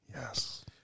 Yes